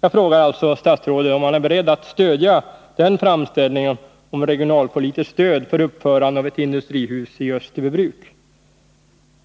Jag frågar alltså statsrådet om han är beredd att stödja denna framställning om regionalpolitiskt stöd för uppförande av ett industrihus i Österbybruk.